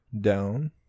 down